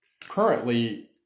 currently